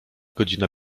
godzina